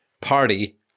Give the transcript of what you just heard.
party